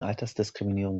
altersdiskriminierung